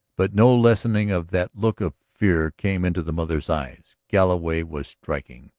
but no lessening of that look of fear came into the mother's eyes. galloway was striking,